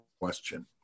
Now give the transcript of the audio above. question